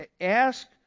ask